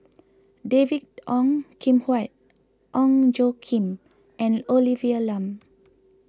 David Ong Kim Huat Ong Tjoe Kim and Olivia Lum